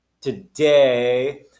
today